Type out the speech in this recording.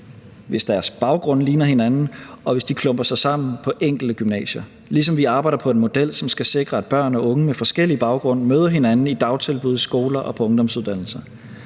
hvis deres baggrunde ligner hinanden, og hvis de klumper sig sammen på enkelte gymnasier, ligesom vi arbejder på en model, som skal sikre, at børn og unge med forskellige baggrunde møder hinanden i dagtilbud, skoler og på ungdomsuddannelser.